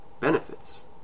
benefits